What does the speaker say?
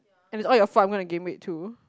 and it's all your fault I'm gonna gain weight too